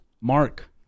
mark